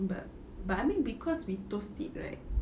but but I mean cause we toast it right